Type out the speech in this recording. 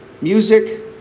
music